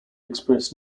express